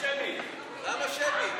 למה שמית?